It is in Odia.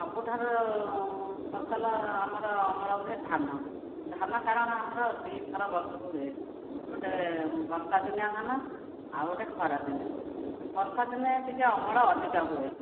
ସବୁଠାରୁ ଫସଲ ଆମର ଅମଳ ହୁଏ ଧାନ ଧାନ କାରଣ ଆମର ଦୁଇ ଥର ବର୍ଷକୁ ହୁଏ ଗୋଟିଏ ବର୍ଷା ଦିନିଆ ଧାନ ଆଉ ଗୋଟିଏ ଖରା ଦିନିଆ ବର୍ଷା ଦିନରେ ଟିକିଏ ଅମଳ ଅଧିକ ହୁଏ